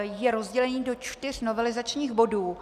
Je rozdělen do čtyř novelizačních bodů.